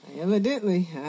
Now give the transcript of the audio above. Evidently